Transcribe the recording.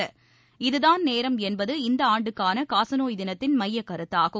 இதுதான் நேரம என்பது இந்தஆண்டுக்கானகாசநோய் தினததின் மையகருத்தாகும்